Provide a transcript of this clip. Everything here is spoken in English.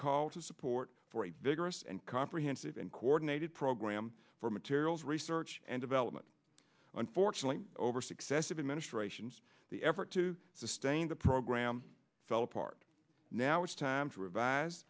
call to support for a vigorous and comprehensive and coordinated program for materials research and development unfortunately over successive administrations the effort to sustain the program fell apart now it's time to revise